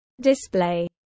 Display